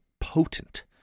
potent